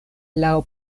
laŭ